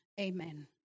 Amen